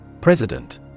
President